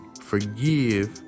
forgive